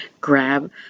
grab